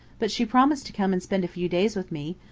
but she promised to come and spend a few days with me,